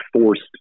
forced